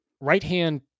right-hand